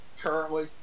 currently